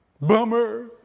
Bummer